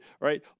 right